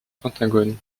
pentagone